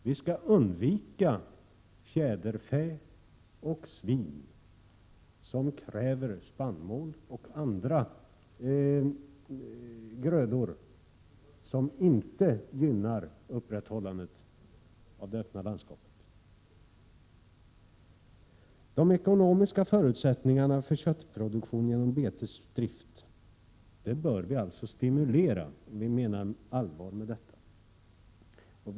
Vi skall undvika fjäderfä och svin som kräver spannmål och andra grödor som inte gynnar upprätthållandet av det öppna landskapet. De ekonomiska förutsättningarna för köttproduktion genom betesdrift bör vi alltså stimulera om vi menar allvar med det öppna landskapet.